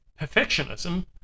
perfectionism